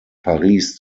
paris